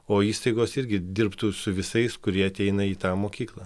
o įstaigos irgi dirbtų su visais kurie ateina į tą mokyklą